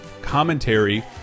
Commentary